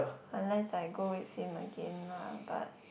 unless I go with him again lah but